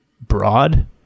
broad